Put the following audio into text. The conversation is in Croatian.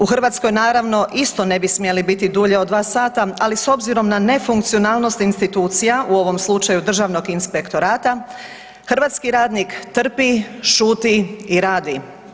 U Hrvatskoj naravno isto ne bi smjeli biti dulje od dva sata, ali s obzirom na nefunkcionalnost institucija, u ovom slučaju Državnog inspektorata hrvatski radnik trpi, šuti i radi.